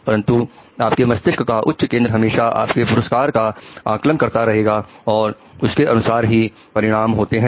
परंतु आपके मस्तिष्क का उच्च केंद्र हमेशा आपके पुरस्कारों का आकलन करता रहेगा और उसके अनुसार ही परिणाम होते हैं